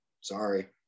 sorry